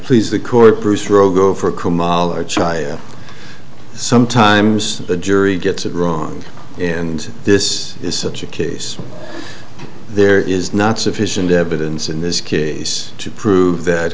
please the court bruce rowe go for kemal or try sometimes the jury gets it wrong and this is such a case there is not sufficient evidence in this case to prove that